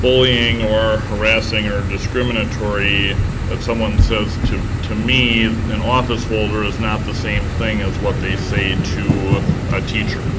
bullying or harassing or discriminatory that someone says to to me, an office holder, is not the same thing as what they say to a teacher.